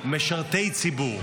הציבור, משרתי ציבור,